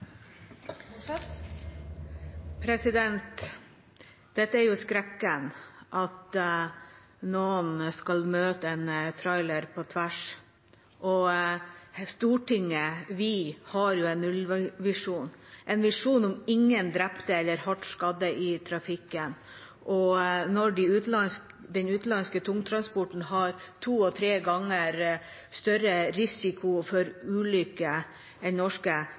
at noen skal møte en trailer på tvers. Vi i Stortinget har en nullvisjon, en visjon om ingen drepte eller hardt skadde i trafikken. Når de utenlandske tungtransportørene har to til tre ganger større risiko for ulykker enn norske